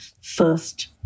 first